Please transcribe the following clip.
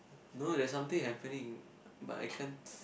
no there is something happening but I can't